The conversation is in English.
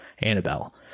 Annabelle